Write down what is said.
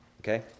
Okay